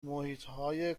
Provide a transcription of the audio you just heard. محیطهای